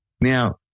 Now